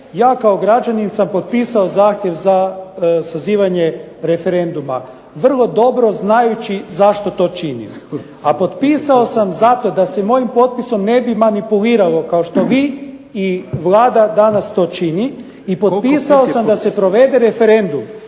ja kao građanin sam potpisao zahtjev za sazivanje referenduma vrlo dobro znajući zašto to činim. A potpisao sam zato da se mojim potpisom ne bi manipuliralo kao što vi i Vlada danas to čini i potpisao da se provede referendum